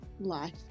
life